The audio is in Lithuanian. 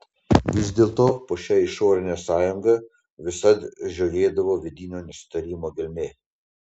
vis dėlto po šia išorine sąjunga visad žiojėdavo vidinio nesutarimo gelmė